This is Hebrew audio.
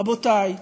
רבותי,